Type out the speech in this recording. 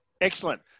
Excellent